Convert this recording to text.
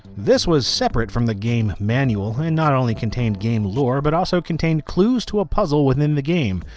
this was separate from the game manual and not only contained game lore, but also contained clues to a puzzle within the game.